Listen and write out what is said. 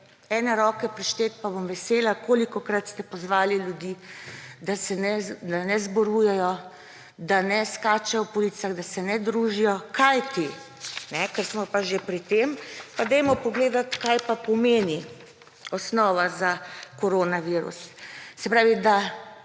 ene roke prišteti, pa bom vesela, kolikokrat ste pozvali ljudi, da ne zborujejo, da ne skačejo po ulicah, da se ne družijo. Kajti, ker smo pa že pri tem, pa poglejmo, kaj pa pomeni osnova za koronavirus. Se pravi, da